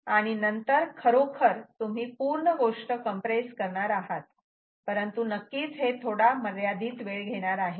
आणि नंतर खरोखर तुम्ही पूर्ण गोष्ट कम्प्रेस करणार आहात परंतु नक्कीच हे थोडा मर्यादित वेळ घेणार आहे